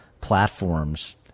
platforms